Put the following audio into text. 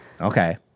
Okay